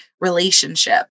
relationship